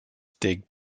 dig